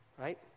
right